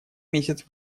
месяц